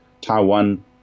Taiwan